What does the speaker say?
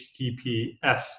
HTTPS